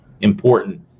important